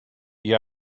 you